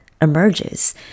emerges